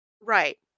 Right